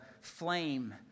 flame